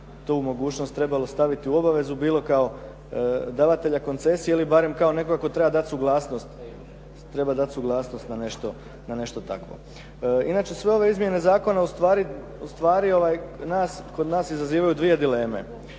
bi tu mogućnost trebalo staviti u obavezu bilo kao davatelja koncesije ili barem kao nekoga tko treba dati suglasnost. Treba dati suglasnost na nešto takvo. Inače sve ove izmjene zakona ustvari kod nas izazivaju dvije dileme.